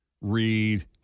read